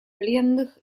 пленных